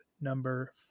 Number